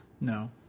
no